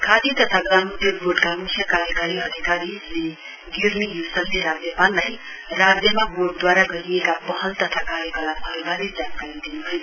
खादी तथा ग्रामोद्योग बोर्डका म्ख्य कार्यकारी अधिकारी श्री ग्य्र्मी य्सलले राज्यपाललाई राज्यमा बोर्डद्वारा गरिएका पहल तथा कार्यकलापहरूबारे जानकारी दिन्भयो